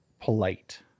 polite